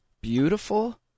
beautiful